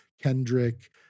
kendrick